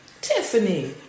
Tiffany